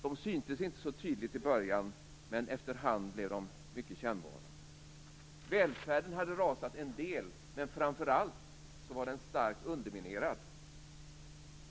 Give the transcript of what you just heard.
De syntes inte så tydligt i början, men efter hand blev de mycket kännbara. Välfärden hade rasat en del, men framför allt var den starkt underminerad.